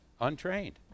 Untrained